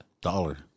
Dollar